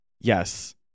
yes